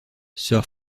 sir